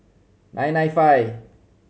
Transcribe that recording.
nine nine five